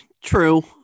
True